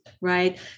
right